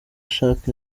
ashaka